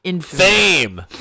fame